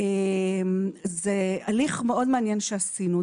זה הליך מאוד מעניין שעשינו.